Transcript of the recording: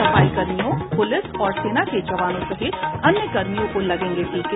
सफाईकर्मियों पुलिस और सेना के जवानों सहित अन्य कर्मियों को लगेंगे टीके